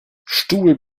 stuhl